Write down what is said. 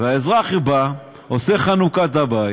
והאזרח בא, עושה חנוכת הבית,